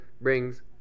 brings